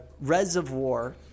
reservoir